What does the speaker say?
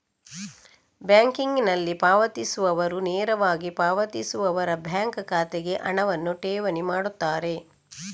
ಬ್ಯಾಂಕಿಂಗಿನಲ್ಲಿ ಪಾವತಿಸುವವರು ನೇರವಾಗಿ ಪಾವತಿಸುವವರ ಬ್ಯಾಂಕ್ ಖಾತೆಗೆ ಹಣವನ್ನು ಠೇವಣಿ ಮಾಡುತ್ತಾರೆ